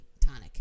tonic